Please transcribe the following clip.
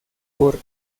por